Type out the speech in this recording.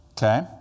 Okay